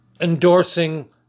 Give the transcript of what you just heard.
endorsing